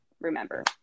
remember